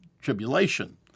tribulation